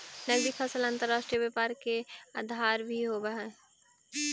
नगदी फसल अंतर्राष्ट्रीय व्यापार के आधार भी होवऽ हइ